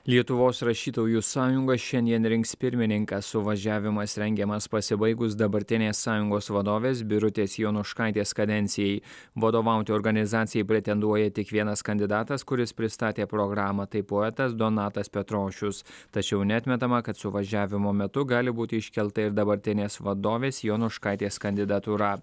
lietuvos rašytojų sąjunga šiandien rinks pirmininką suvažiavimas rengiamas pasibaigus dabartinės sąjungos vadovės birutės jonuškaitės kadencijai vadovauti organizacijai pretenduoja tik vienas kandidatas kuris pristatė programą tai poetas donatas petrošius tačiau neatmetama kad suvažiavimo metu gali būti iškelta ir dabartinės vadovės jonuškaitės kandidatūra